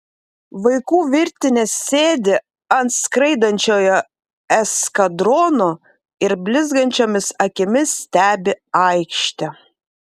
vaikų virtinės sėdi ant skraidančiojo eskadrono ir blizgančiomis akimis stebi aikštę